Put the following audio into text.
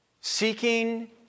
seeking